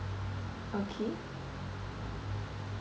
okay